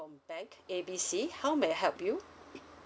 from bank A B C how may I help you